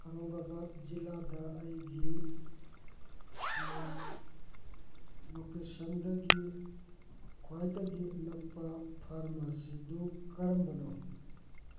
ꯑꯧꯔꯪꯒꯕꯥꯠ ꯖꯤꯂꯥꯗ ꯑꯩꯒꯤ ꯂꯣꯀꯦꯁꯟꯗꯒꯤ ꯈ꯭ꯋꯥꯏꯗꯒꯤ ꯅꯛꯄ ꯐꯥꯔꯃꯥꯁꯤꯗꯨ ꯀꯔꯝꯕꯅꯣ